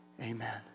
Amen